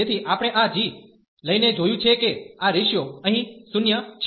તેથી આપણે આ g લઇને જોયું છે કે આ રેશીયો અહીં 0 છે